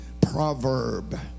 proverb